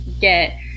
get